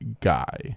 guy